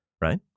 right